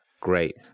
great